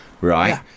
right